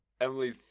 Emily